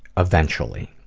eventually.